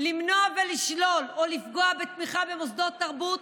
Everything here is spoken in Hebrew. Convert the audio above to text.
למנוע ולשלול או לפגוע בתמיכה במוסדות תרבות